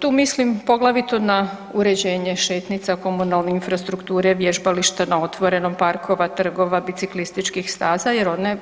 Tu mislim poglavito na uređenje šetnica, komunalne infrastrukture, vježbališta na otvorenom, parkova, trgova, biciklističkih staza, jer one